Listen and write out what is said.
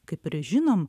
kaip ir žinom